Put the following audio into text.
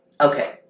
Okay